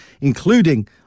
including